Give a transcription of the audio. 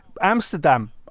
amsterdam